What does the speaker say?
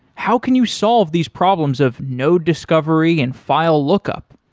how can you solve these problems of node discovery and file lookup?